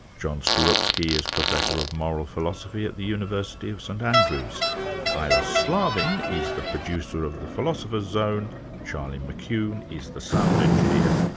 john skorupski is professor of moral philosophy at the university of st andrews kyla slaven is the producer of the philosopher's zone charlie mccune is the sound engineer,